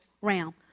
realm